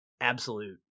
absolute